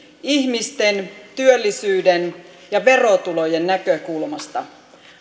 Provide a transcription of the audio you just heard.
ihmisten työllisyyden ja verotulojen näkökulmasta